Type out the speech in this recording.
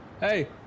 hey